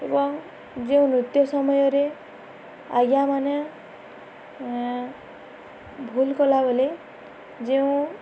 ଏବଂ ଯେଉଁ ନୃତ୍ୟ ସମୟରେ ଆଜ୍ଞାମାନେ ଭୁଲ୍ କଲାବେଲେ ଯେଉଁ